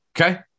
Okay